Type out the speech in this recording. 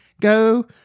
go